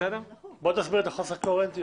חוסר הקוהרנטיות.